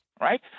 right